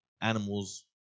animals